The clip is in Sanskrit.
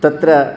तत्र